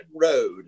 road